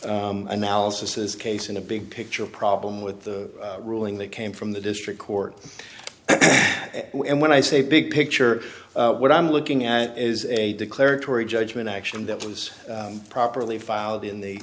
analysis case and a big picture problem with the ruling that came from the district court and when i say big picture what i'm looking at is a declaratory judgment action that was properly filed in the